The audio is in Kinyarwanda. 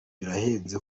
birahenze